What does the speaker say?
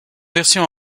version